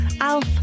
Alf